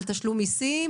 על תשלום מיסים,